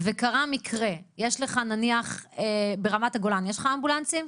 וקרה מקרה, יש לך נניח ברמת הגולן אמבולנסים?